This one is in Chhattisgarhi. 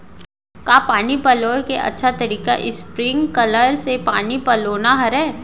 का पानी पलोय के अच्छा तरीका स्प्रिंगकलर से पानी पलोना हरय?